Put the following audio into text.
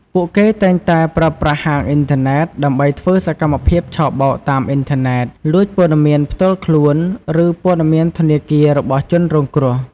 ពួកគេតែងតែប្រើប្រាស់ហាងអ៊ីនធឺណិត ដើម្បីធ្វើសកម្មភាពឆបោកតាមអ៊ីនធឺណិត លួចព័ត៌មានផ្ទាល់ខ្លួន ឬព័ត៌មានធនាគាររបស់ជនរងគ្រោះ។